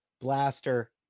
Blaster